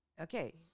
okay